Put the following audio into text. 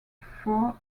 four